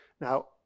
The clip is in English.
now